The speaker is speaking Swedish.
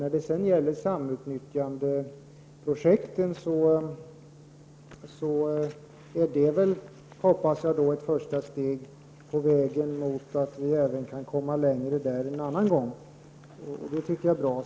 När det gäller samutnyttjandeprojekten tas nu ett första steg på vägen, och jag hoppas att vi en annan gång kan komma längre även där.